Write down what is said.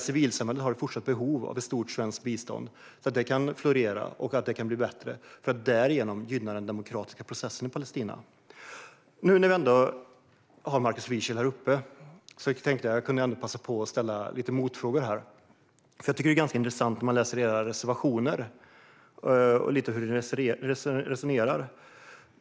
Civilsamhället har ett fortsatt behov av ett stort svenskt bistånd så att det kan florera och bli bättre och för att därigenom gynna den demokratiska processen i Palestina. När Markus Wiechel ändå står här i talarstolen vill jag passa på att ställa lite motfrågor. Jag tycker att det är ganska intressant att läsa hur ni resonerar i era reservationer.